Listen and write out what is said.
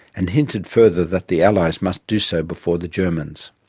and hinted further that the allies must do so before the germans.